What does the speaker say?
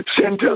center